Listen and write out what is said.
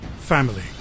Family